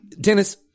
Dennis